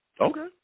Okay